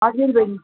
हजुर बहिनी